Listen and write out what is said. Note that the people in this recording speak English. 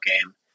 game